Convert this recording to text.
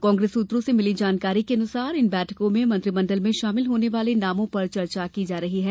कांग्रेस सूत्रों से मिली जानकारी के अनुसार इन बैठकों में मंत्रिमंडल में शामिल होने वाले नामों पर चर्चा की जा रही है